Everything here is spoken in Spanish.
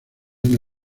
una